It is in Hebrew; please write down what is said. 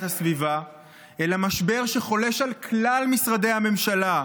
הסביבה אלא משבר שחולש על כלל משרדי הממשלה,